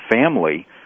family